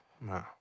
No